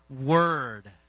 word